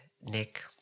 Nick